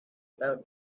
about